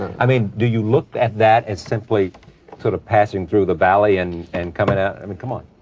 i mean, do you look at that as simply sort of passing through the valley and and coming out i mean, come on.